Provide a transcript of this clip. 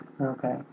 Okay